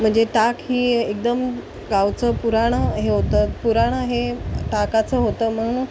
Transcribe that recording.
म्हणजे टाक ही एकदम गावाचं पुरानं हे होतं पुरानं हे टाकाचं होतं म्हणून